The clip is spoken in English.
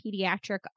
pediatric